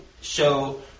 show